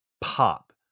pop